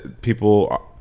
people